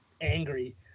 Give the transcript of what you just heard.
angry